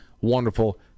Wonderful